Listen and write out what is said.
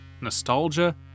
nostalgia